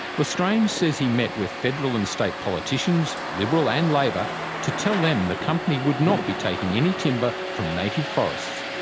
l'estrange says he met with federal and state politicians liberal and labor to tell them the company would not be taking any timber from native forests.